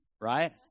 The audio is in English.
right